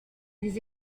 des